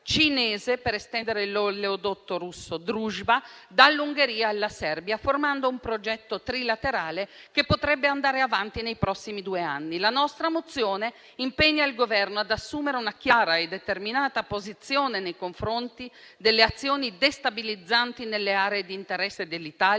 per estendere l'oleodotto russo Druzhba dall'Ungheria alla Serbia, formando un progetto trilaterale che potrebbe andare avanti nei prossimi due anni. La nostra proposta di risoluzione impegna il Governo ad assumere una chiara e determinata posizione nei confronti delle azioni destabilizzanti nelle aree di interesse dell'Italia